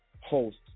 host